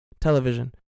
Television